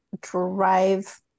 drive